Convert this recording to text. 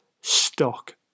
stock